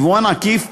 יבואן עקיף,